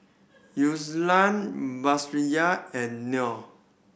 Batrisya and Noh